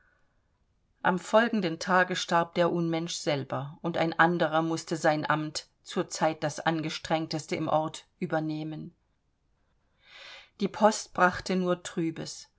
am folgenden tage starb der unmensch selber und ein anderer mußte sein amt zur zeit das angestrengteste im ort übernehmen die post brachte nur trübes